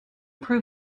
prove